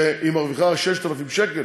שהיא מרוויחה 6,000 שקל?